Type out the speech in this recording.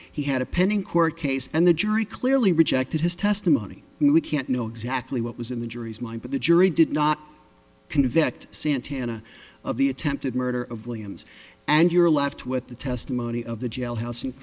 he had a pending court case and the jury clearly rejected his testimony we can't know exactly what was in the jury's mind but the jury did not convict santana of the attempted murder of williams and you're left with the testimony of the jailhouse